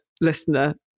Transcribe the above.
listener